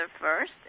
first